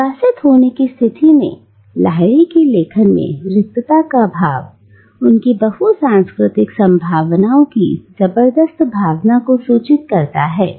निर्वासित होने की स्थिति में लाहिड़ी के लेखन में रिक्तता का भाव उनकी बहु सांस्कृतिक संभावनाओं की जबरदस्त भावना को सूचित करता है